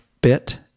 bit